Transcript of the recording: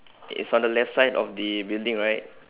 it's on the left side of the building right